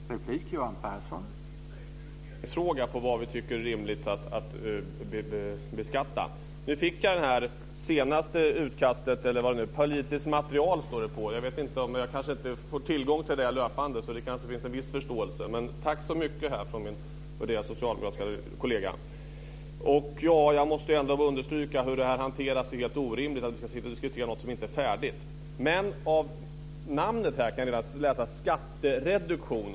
Herr talman! Det sista är ju en prioriteringsfråga när det gäller vad vi tycker är rimligt att beskatta. Nu fick jag det senaste utkastet här. Politiskt material står det på det. Jag får kanske inte tillgång till det löpande. Det finns kanske en viss förståelse för det. Jag tackar min värderade socialdemokratiska kollega för detta. Jag måste ändå understryka att det är helt orimligt att vi ska diskutera något som inte är färdigt. I namnet här kan jag läsa ordet skattereduktion.